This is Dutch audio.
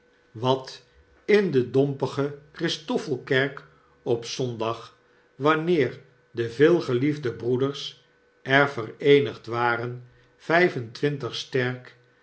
wat in de dompige christoffelkerk op zondag wanneer de veelgeliefde broeders er vereenigd waren vijf en twintig sterk